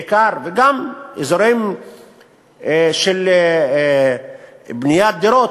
בעיקר, וגם אזורים של בניית דירות.